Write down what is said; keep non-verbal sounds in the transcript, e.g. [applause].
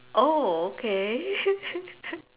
oh okay [laughs]